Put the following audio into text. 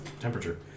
temperature